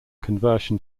conversion